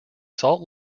salt